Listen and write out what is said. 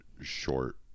short